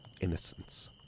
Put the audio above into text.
innocence